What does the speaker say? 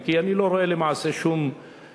כי אני לא רואה למעשה שום מניעה